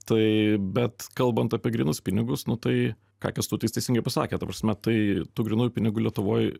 tai bet kalbant apie grynus pinigus nu tai ką kęstutis teisingai pasakė ta prasme tai tų grynųjų pinigų lietuvoj